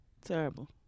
Terrible